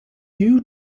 you